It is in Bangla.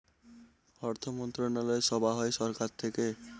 অর্থমন্ত্রণালয় সভা হয় সরকার থেকে